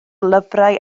lyfrau